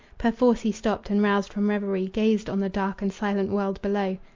perforce he stopped and, roused from revery, gazed on the dark and silent world below.